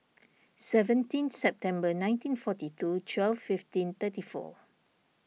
seventeen September nineteen forty two twelve fifteen thirty four